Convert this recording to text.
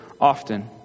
often